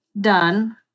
done